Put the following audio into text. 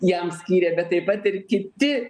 jam skyrė bet taip pat ir kiti